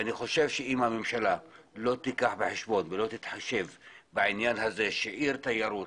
אני חושב שהממשלה צריכה לקחת בחשבון ולהתחשב בכך שהיא עיר תיירות.